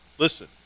Listen